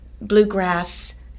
bluegrass